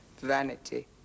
Vanity